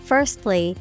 Firstly